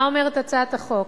מה אומרת הצעת החוק?